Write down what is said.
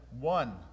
one